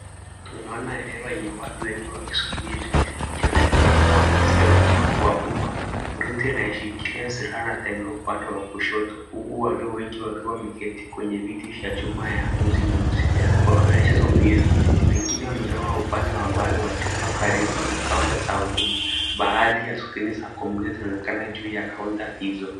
Tunaona eneo lenye watu wengi wakisubiri. Ikionekana kuwa ofisi ya huduma kwa umma. Mlinzi anayeshikilia silaha anatembea upande wa kushoto huku watu wengi wakiwa wameketi kwenye viti vya chuma ya ngozi nyeusi wakionyesha subira. Wengine wamesimama upande wa mbali wa chumba karibu na kaunta za huduma. Baadhi ya skrini za kompyuta zinaonekana juu ya kaunta hizo.